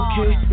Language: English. Okay